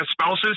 spouses